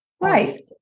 Right